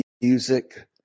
music